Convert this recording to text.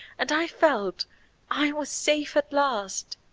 and i felt i was safe at last.